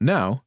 Now